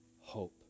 hope